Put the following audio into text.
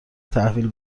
تحویل